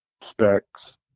specs